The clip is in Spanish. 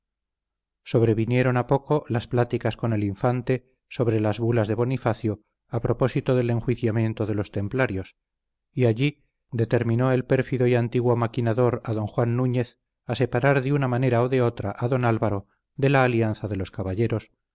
sobrevinieron a poco las pláticas con el infante sobre las bulas de bonifacio a propósito del enjuiciamiento de los templarios y allí determinó el pérfido y antiguo maquinador a don juan núñez a separar de una manera o de otra a don álvaro de la alianza de los caballeros